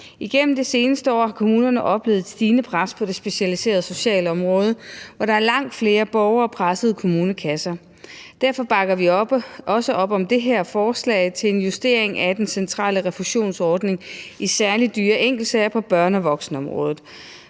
Igennem de seneste år har kommunerne oplevet et stigende pres på det specialiserede socialområde, hvor der er langt flere borgere og pressede kommunekasser. Derfor bakker vi også op om det her forslag til en justering af den centrale refusionsordning i særlig dyre enkeltsager på børne- og voksenområdet.